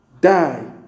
die